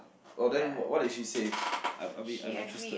oh then what did she say I admit I'm interested